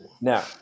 now